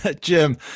Jim